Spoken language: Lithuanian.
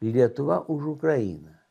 lietuva už ukrainą